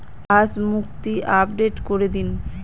আজ মুক্তি আপডেট করে দিন